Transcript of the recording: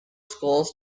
schools